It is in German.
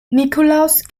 nikolaus